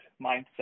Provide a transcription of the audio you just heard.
mindset